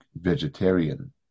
vegetarian